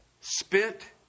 spent